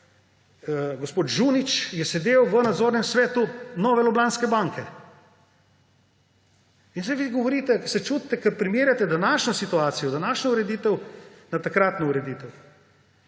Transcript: gospod Žunič je sedel v nadzornem svetu Nove Ljubljanske banke. In zdaj vi govorite, se čudite, ker primerjate današnjo situacijo, današnjo ureditev na takratno ureditev.